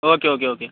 okay okay okay